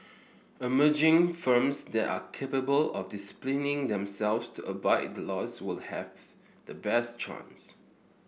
emerging firms that are capable of disciplining themselves to abide by the laws will have the best chance